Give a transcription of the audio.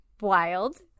wild